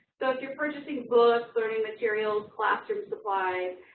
so if you're purchasing books, learning materials, classroom supplies,